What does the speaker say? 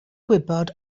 gwybod